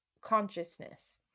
consciousness